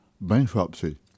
bankruptcy